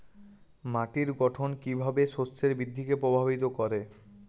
মাটির গঠন কীভাবে শস্যের বৃদ্ধিকে প্রভাবিত করে?